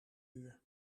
uur